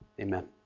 Amen